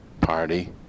party